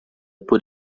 por